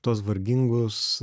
tuos vargingus